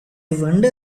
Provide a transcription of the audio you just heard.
wonder